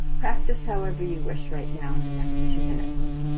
practice however you wish right now in the next two minutes.